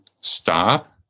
stop